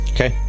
Okay